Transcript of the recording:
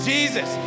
Jesus